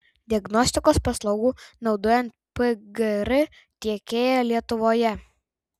diagnostikos paslaugų naudojant pgr tiekėja lietuvoje